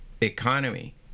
economy